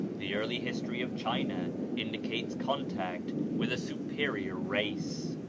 the early history of china indicates contact with a superior race.